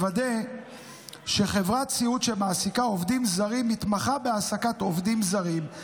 לוודא שחברת סיעוד שמעסיקה עובדים זרים מתמחה בהעסקת עובדים זרים,